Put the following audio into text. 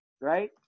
right